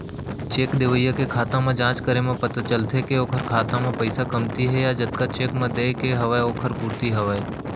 cheque देवइया के खाता म जाँच करे म पता चलथे के ओखर खाता म पइसा कमती हे या जतका चेक म देय के हवय ओखर पूरति हवय